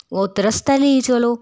उत्त रस्ता लेई चलो